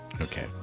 Okay